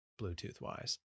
Bluetooth-wise